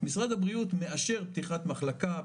משרד הבריאות מאשר פתיחת מחלקה,